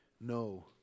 No